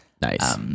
Nice